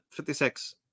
56